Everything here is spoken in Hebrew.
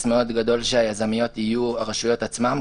מאוד גדול שהיזמיות יהיו הרשויות עצמן,